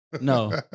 no